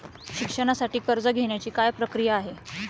शिक्षणासाठी कर्ज घेण्याची काय प्रक्रिया आहे?